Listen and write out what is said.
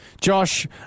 Josh